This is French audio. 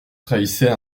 trahissait